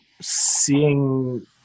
seeing